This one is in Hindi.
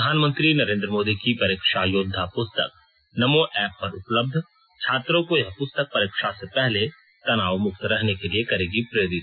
प्रधानमंत्री नरेंद्र मोदी की परीक्षा योद्धा प्रस्तक नमो एप्प पर उपलब्ध छात्रों को यह पुस्तक परीक्षा से पहले तनाव मुक्त रहने के लिए करेगी प्रेरित